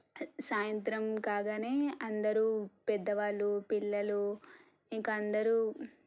సాయంత్రం కాగానే అందరూ పెద్దవాళ్ళు పిల్లలు ఇంక అందరూ